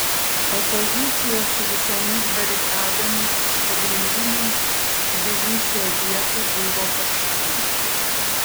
opozicija su visomis barikadomis iš pagrindinių tbilisio vietų buvo pašalinta